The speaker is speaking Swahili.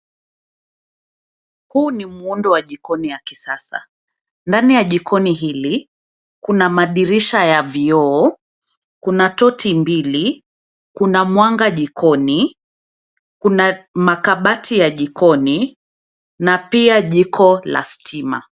Huu ni muundo wa jikoni ya kisasa. Ndani ya jikoni hili, kuna madirisha ya vioo, kuna toti mbili, kuna mwanga jikoni, kuna makabati ya jikoni na pia jiko la stima.